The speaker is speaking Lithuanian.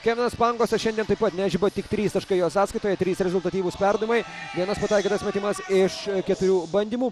kevinas pangosas šiandien taip pat nežiba tik trys taškai jo sąskaitoje trys rezultatyvūs perdavimai vienas pataikytas metimas iš keturių bandymų